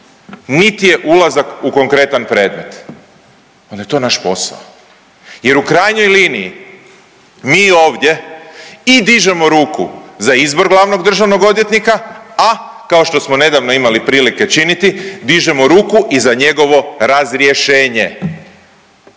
niti je ulazak u konkretan predmet, onda je to naš posao jer u krajnjoj liniji mi ovdje i dižemo ruku za izbor glavnog državnog odvjetnika, a kao što smo nedavno imali prilike činiti, dižemo ruku i za njegovo razrješenje.